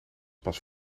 pas